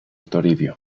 toribio